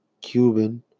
Cuban